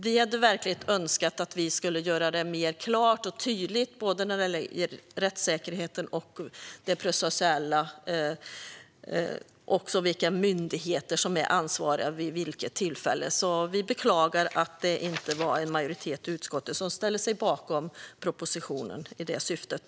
Vi hade verkligen önskat att vi skulle göra det mer klart och tydligt när det gäller rättssäkerheten och det processuella samt vilka myndigheter som är ansvariga vid vilka tillfällen. Vi beklagar att det inte var en majoritet i utskottet som ställde sig bakom propositionen i det syftet.